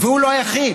והוא לא היחיד: